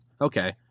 okay